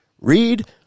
read